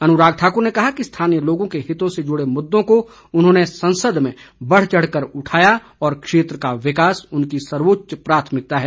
अनुराग ठाकुर ने कहा कि स्थानीय लोगों के हितों से जुड़े मुद्दों को उन्होंने संसद में बढ़ चढ़ कर उठाया और क्षेत्र का विकास उनकी सर्वोच्च प्राथमिकता है